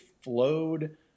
flowed